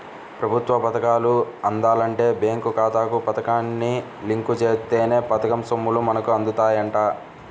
ప్రభుత్వ పథకాలు అందాలంటే బేంకు ఖాతాకు పథకాన్ని లింకు జేత్తేనే పథకం సొమ్ములు మనకు అందుతాయంట